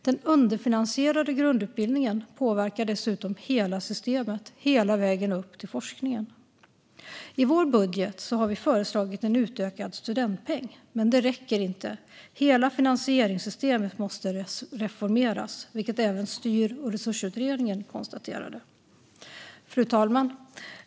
Den underfinansierade grundutbildningen påverkar dessutom hela systemet hela vägen upp till forskningen. I vår budget har vi föreslagit en utökad studentpeng, men det räcker inte. Hela finansieringssystemet måste reformeras, vilket även Styr och resursutredningen konstaterade. Fru talman!